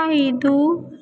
ಐದು